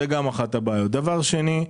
דבר שני,